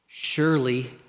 surely